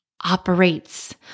operates